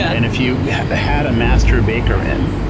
and if you had a master baker in,